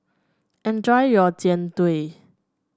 enjoy your Jian Dui